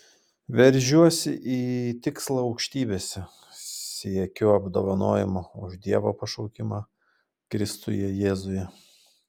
veržiuosi į tikslą aukštybėse siekiu apdovanojimo už dievo pašaukimą kristuje jėzuje